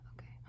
Okay